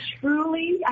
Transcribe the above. truly